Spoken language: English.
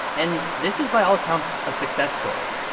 and this is, by all accounts, a success story.